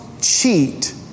cheat